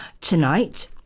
Tonight